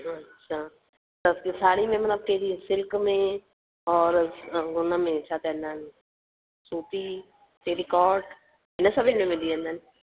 अच्छा त बि साड़ी में मतिलब कहिड़ी सिल्क में और हुनमें छा चवंदा आहिनि सूती टेरीकोट हिन सभिनि में मिली वेंदनि